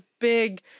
big